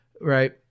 right